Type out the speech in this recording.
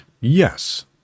yes